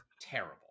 terrible